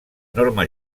norma